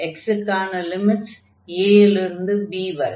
x க்கான limits a லிருந்து b வரை